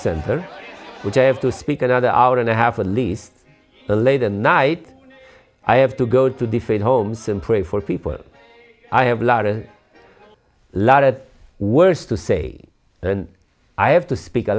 center which i have to speak another hour and a half or least the late and night i have to go to different homes and pray for people i have lara's lot at worse to say and i have to speak a